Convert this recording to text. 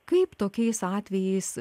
kaip tokiais atvejais